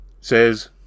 says